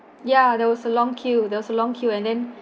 ya there was a long queue there was a long queue and then